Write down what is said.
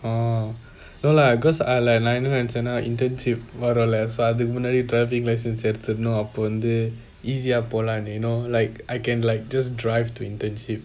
err no lah cause I நான் என்ன நினைச்சேன்ன:nan enna ninaichaena internship போறேன்ல அதுக்கு முன்னாடி:poraen lah athukku munnadi driving license எடுத்துடனும் அப்பொ வந்து:eduthutanum appo vanthu easy ah போலாம்னு:polaamnu you know like I can like just drive to internship